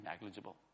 negligible